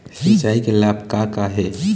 सिचाई के लाभ का का हे?